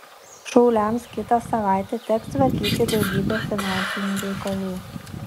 šauliams kitą savaitę teks tvarkyti daugybę finansinių reikalų